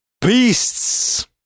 beasts